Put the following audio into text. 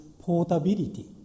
portability